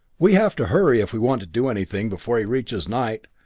we have to hurry if we want to do anything before he reaches night!